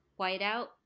whiteout